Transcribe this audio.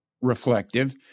reflective